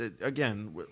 again